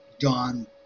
John